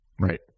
right